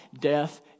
death